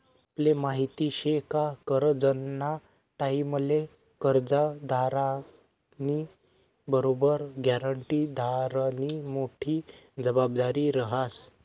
आपले माहिती शे का करजंना टाईमले कर्जदारनी बरोबर ग्यारंटीदारनी मोठी जबाबदारी रहास